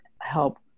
help